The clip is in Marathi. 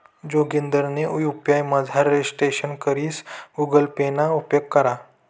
जोगिंदरनी यु.पी.आय मझार रजिस्ट्रेशन करीसन गुगल पे ना उपेग करा